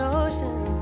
ocean